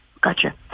Gotcha